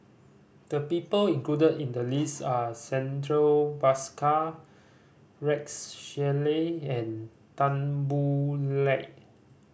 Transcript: the people included in the list are Santha Bhaskar Rex Shelley and Tan Boo Liat